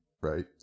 Right